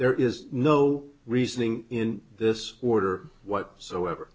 there is no reasoning in this order whatsoever